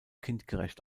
kindgerecht